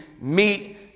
meet